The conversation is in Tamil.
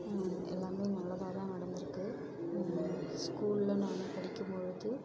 எல்லாமே நல்லதாக தான் நடந்திருக்கு ஸ்கூல்ல நான் படிக்கும்பொழுது